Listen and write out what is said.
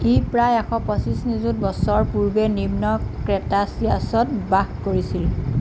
ই প্ৰায় এশ পঁচিশ নিযুত বছৰ পূৰ্বে নিম্ন ক্ৰেটাচিয়াছত বাস কৰিছিল